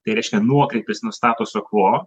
tai reiškia nuokrypis nuo statuso quo